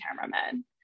cameramen